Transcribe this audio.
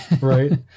Right